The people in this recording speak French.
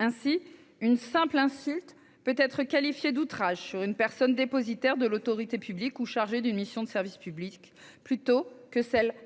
Ainsi, une simple insulte peut être qualifiée d'outrage sur une personne dépositaire de l'autorité publique ou chargée d'une mission de service public, plutôt que